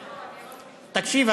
תקשיב,